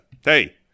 hey